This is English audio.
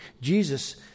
Jesus